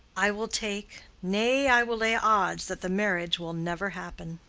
i will take, nay, i will lay odds that the marriage will never happen